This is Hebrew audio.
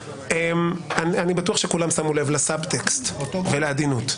אני בטוח שכולם שמו לב לסאב טקסט ולעדינות.